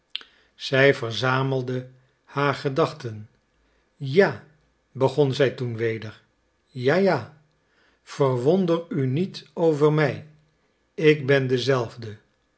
zij verzamelde haar gedachten ja begon zij toen weder ja ja verwonder u niet over mij ik ben dezelfde